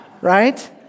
Right